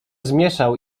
zmieszał